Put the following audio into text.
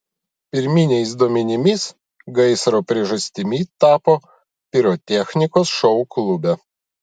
pirminiais duomenimis gaisro priežastimi tapo pirotechnikos šou klube